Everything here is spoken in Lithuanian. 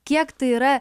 kiek tai yra